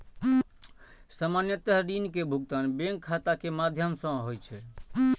सामान्यतः ऋण के भुगतान बैंक खाता के माध्यम सं होइ छै